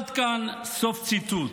עד כאן, סוף ציטוט.